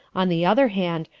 on the other hand,